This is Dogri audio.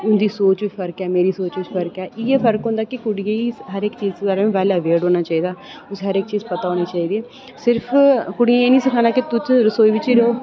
उं'दी सोच च फर्क ऐ मेरी सोच बिच फर्क ऐ इ'यै फर्क होंदा कि कुड़ियें गी हर इक चीज च वैल्ल अवेअर होना चाहिदा उसी हर इक चीज पता होना चाहिदी सिर्फ कुड़ी गी एह् नेईं सिक्खना कि तुस रसोई बिच